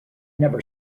never